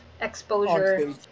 exposure